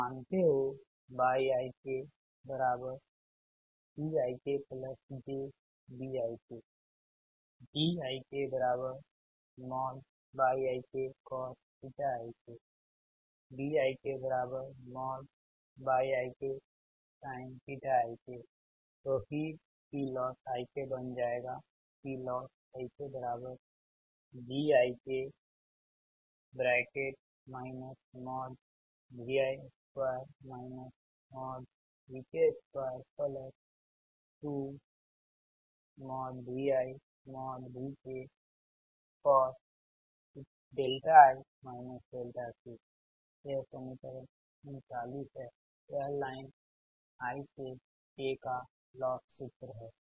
आप मानते हो YikGikjBik GikYikcosik BikYiksinik तो फिर Plossi kबन जाएगा Plossi k Gik Vi2 Vk22ViVkcosi k यह समीकरण 39 हैयह लाइन i से k का लॉस सूत्र है